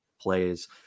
plays